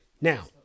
Now